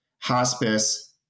hospice